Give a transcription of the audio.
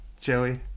Joey